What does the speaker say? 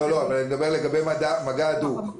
אני מדבר לגבי מגע הדוק.